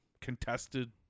contested